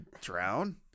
drown